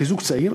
כזוג צעיר,